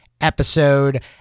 episode